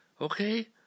okay